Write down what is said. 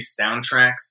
soundtracks